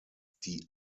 die